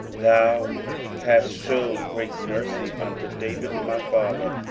thou hast shewed great mercy unto david my father,